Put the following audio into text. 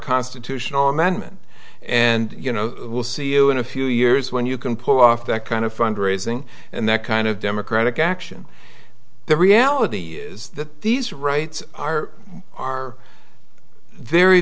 constitutional amendment and you know we'll see you in a few years when you can pull off that kind of fund raising and that kind of democratic action the reality is that these rights are are very